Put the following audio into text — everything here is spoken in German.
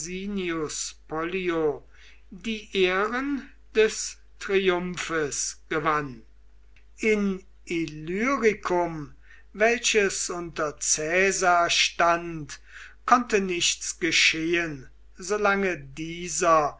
die ehren des triumphes gewann in illyricum welches unter caesar stand konnte nichts geschehen solange dieser